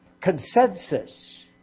consensus